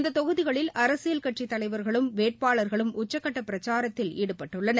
இந்த தொகுதிகளில் அரசியல் கட்சித் தலைவர்களும் வேட்பாளர்களும் உச்சக்கட்ட பிரச்சாரத்தில் ஈடுபட்டுள்ளனர்